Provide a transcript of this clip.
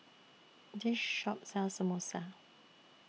This Shop sells Samosa